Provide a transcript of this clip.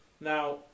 Now